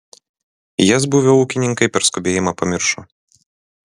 jas buvę ūkininkai per skubėjimą pamiršo